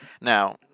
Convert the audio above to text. Now